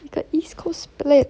got east coast plan